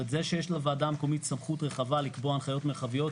זה שיש לוועדה המקומית סמכות רחבה לקבוע הנחיות מרחביות,